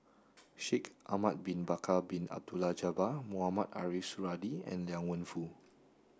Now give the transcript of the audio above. Shaikh Ahmad bin Bakar Bin Abdullah Jabbar Mohamed Ariff Suradi and Liang Wenfu